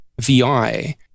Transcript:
VI